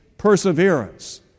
Perseverance